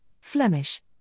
Flemish